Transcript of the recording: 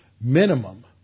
minimum